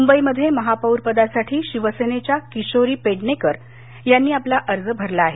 मुंबईमध्ये महापौरपदासाठी शिवसेनेच्या किशोरी पेडणेकर यांनी आपला अर्ज भरला आहे